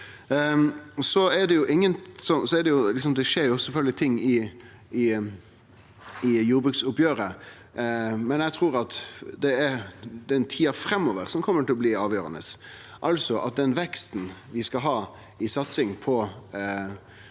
Det skjer sjølvsagt ting i jordbruksoppgjeret, men eg trur at det er tida framover som kjem til å bli avgjerande, altså at den veksten vi skal ha i satsinga på